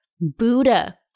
Buddha